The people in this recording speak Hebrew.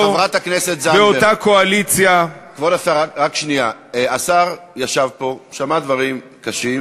כמה אפשר את אותו, שנייה, כבוד השר.